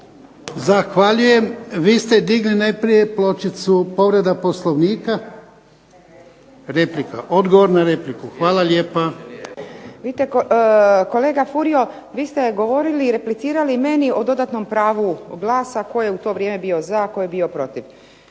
Zahvaljujem. Vi ste digli najprije pločicu povreda Poslovnika. Replika? Odgovor na repliku. Hvala lijepa. **Antičević Marinović, Ingrid (SDP)** Vidite kolega Furio, vi ste govorili i replicirali meni o dodatnom pravu glasa tko je u to vrijeme bio za, a tko je bio protiv.